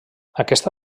aquesta